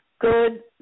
Good